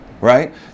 right